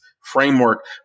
framework